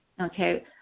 okay